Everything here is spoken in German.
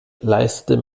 leistete